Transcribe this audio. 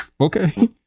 Okay